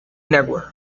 network